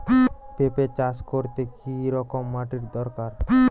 পেঁপে চাষ করতে কি রকম মাটির দরকার?